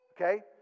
okay